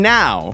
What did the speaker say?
now